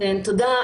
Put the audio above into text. כן תודה,